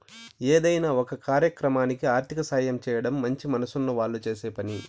ఏదైనా ఒక కార్యక్రమానికి ఆర్థిక సాయం చేయడం మంచి మనసున్న వాళ్ళు చేసే పని